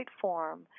form